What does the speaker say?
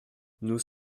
nous